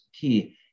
key